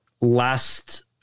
last